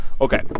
Okay